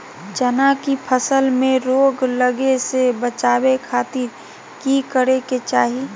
चना की फसल में रोग लगे से बचावे खातिर की करे के चाही?